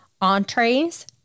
entrees